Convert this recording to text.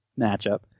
matchup